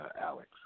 Alex